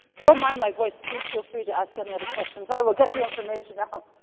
don't mind my voice. please feel free to ask any other questions. i will get the information out.